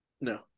no